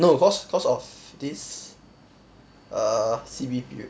no cause cause of this uh C_B period